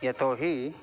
यतो हि